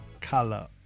Color